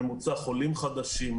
ממוצע חולים חדשים,